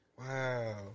Wow